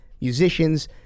musicians